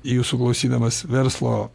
jūsų klausydamas verslo